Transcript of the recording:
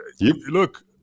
look